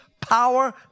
power